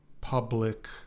public